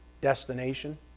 destination